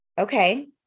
okay